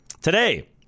Today